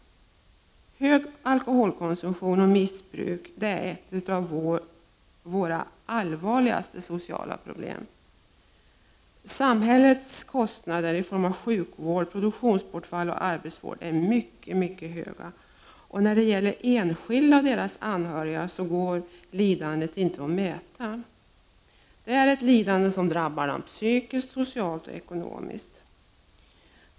Hög alkoholkonsumtion och missbruk är bland våra allvarligaste sociala problem. Samhällets kostnader för sjukvård, produktionsbortfall och arbetsvård är mycket höga. När det gäller enskilda människor och deras anhöriga går lidandet inte att mäta. Lidandet drabbar dem psykiskt, socialt och ekonomiskt.